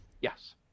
yes